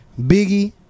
Biggie